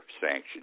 sanctions